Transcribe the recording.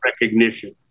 recognition